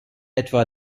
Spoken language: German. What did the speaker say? etwa